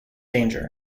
danger